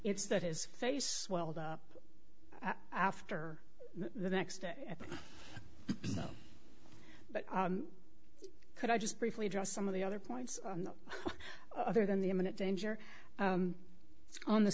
it's that his face welled up after the next day at no could i just briefly address some of the other points on the other than the imminent danger on the